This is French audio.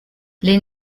les